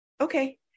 okay